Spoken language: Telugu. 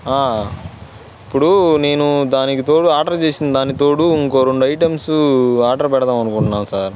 ఇప్పుడు నేను దానికి తోడు ఆర్డర్ చేసిన దానికి తోడు ఇంకో రెండు ఐటమ్స్ ఆర్డర్ పెడదాం అనుకుంటున్నాను సార్